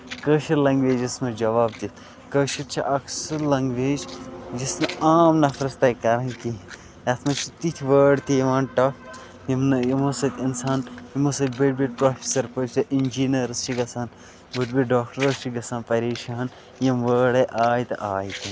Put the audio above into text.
کٲشِر languages منٛز جَواب دِتھ کٲشِر چھِ اکھ سُہ لینگویج یُس نہٕ عام نَفرَس تَگہِ کَرٕنۍ کیٚنہہ یَتھ منٔز چھِ تِتھۍ وٲڑ تہِ یِوان ٹَف یِم نہٕ یِمَو سۭتۍ اِنسان یِمو سۭتۍ بٔڑۍ بٔڑۍ پرفیسَر پٲٹھۍ چھِ اِنجیٖٖنٲرٕس چھِ گژھان بٔڑۍ بٔڑۍ ڈاکٹٲرٕس چھِ گژھان پَریشان یِم وٲڑے آے تہٕ آے کَتہِ